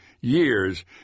years